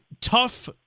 tough